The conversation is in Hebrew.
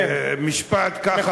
משפט ככה פתוח.